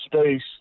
space